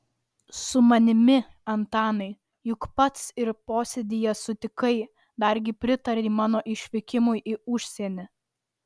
su manimi antanai juk pats ir posėdyje sutikai dargi pritarei mano išvykimui į užsienį